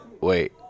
Wait